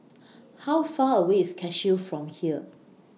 How Far away IS Cashew from here